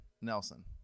Nelson